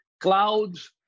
clouds